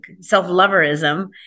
self-loverism –